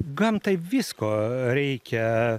gamtai visko reikia